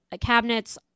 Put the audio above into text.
cabinets